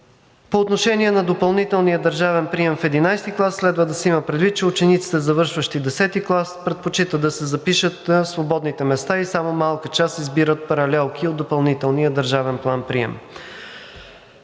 По отношение на допълнителния държавен прием в XI клас следва да се има предвид, че учениците, завършващи X клас, предпочитат да се запишат в свободните места и само малка част избират паралелки от допълнителния държавен план-прием.